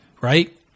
right